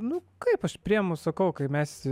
nu kaip aš priimu sakau kai mes